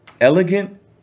Elegant